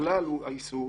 הכלל הוא האיסור